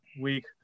week